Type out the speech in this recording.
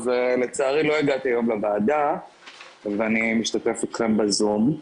לצערי לא הגעתי היום לוועדה ואני משתתף אתכם בזום.